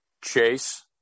chase